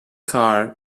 car